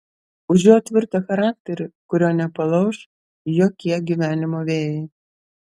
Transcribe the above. už jo tvirtą charakterį kurio nepalauš jokie gyvenimo vėjai